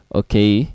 okay